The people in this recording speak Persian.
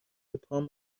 پام